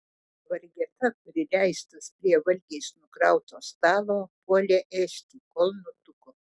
vargeta prileistas prie valgiais nukrauto stalo puolė ėsti kol nutuko